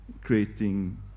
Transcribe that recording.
creating